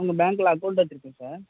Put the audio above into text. உங்கள் பேங்கில் அக்கௌண்ட் வைச்சுருக்கேன் சார்